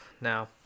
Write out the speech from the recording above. now